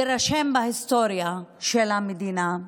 יירשם בהיסטוריה של המדינה,